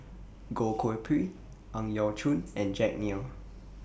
Goh Koh Pui Ang Yau Choon and Jack Neo